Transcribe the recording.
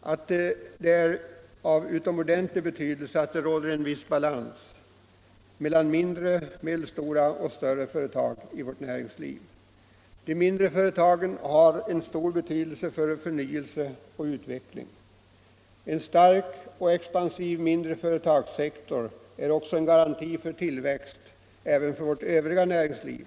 att det är av utomordentlig vikt att det råder en viss balans mellan mindre, medelstora och större företag i vårt näringsliv. De mindre företagen har en stor betydelse för förnyelse och utveckling. En stark och expansiv mindreföretagssektor är också en garanti för tillväxt även för vårt övriga näringsliv.